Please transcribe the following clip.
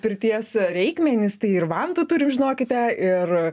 pirties reikmenys tai ir vantų turim žinokite ir